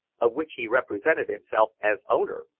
of which he represented himself as owner.